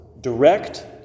direct